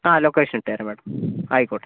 ആ ലൊക്കേഷൻ ഇട്ടുതരാം മാഡം ആയിക്കോട്ടെ